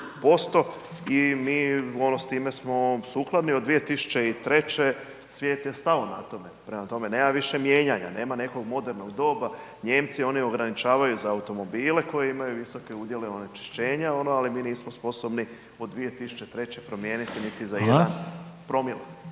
i mi s time smo sukladni od 2003., svijet je stao na tome, prema tome ne više mijenjanja, nema nekog modernog doba. Nijemci, oni ograničavaju za automobile koji imaju visoke udjele onečišćenja, ali mi nismo sposobni od 2003. promijeniti niti za jedan promil.